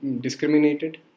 discriminated